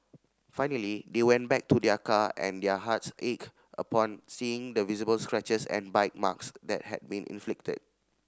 finally they went back to their car and their hearts ached upon seeing the visible scratches and bite marks that had been inflicted